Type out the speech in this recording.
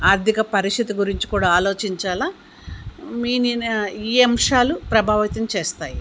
ఆర్థిక పరిస్థితి గురించి కూడా ఆలోచించాల మీ నిన ఈ అంశాలు ప్రభావితం చేస్తాయి